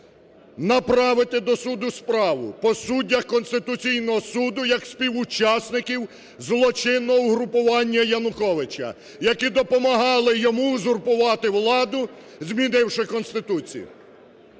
направити до суду справу по суддях Конституційного Суду як співучасників злочинного угрупування Януковича, які допомагали йому узурпувати владу, змінивши Конституцію.